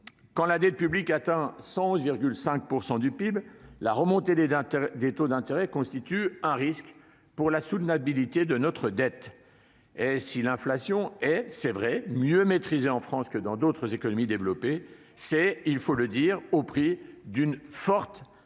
Quand la dette publique atteint 111,5 % du PIB, la remontée des taux d'intérêt constitue un risque pour la soutenabilité de notre dette. S'il est vrai que l'inflation est mieux maîtrisée en France que dans d'autres économies développées, c'est au prix d'une forte mobilisation